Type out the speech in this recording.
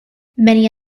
many